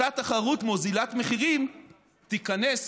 אותה תחרות מוזילת מחירים תיכנס,